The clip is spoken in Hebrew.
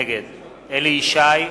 נגד אליהו ישי,